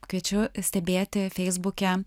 kviečiu stebėti feisbuke